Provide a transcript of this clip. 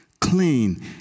clean